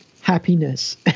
happiness